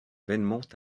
vainement